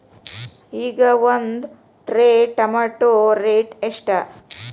ಈಗ ಒಂದ್ tray tomato rate ಎಷ್ಟ?